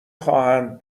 خواهند